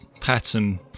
pattern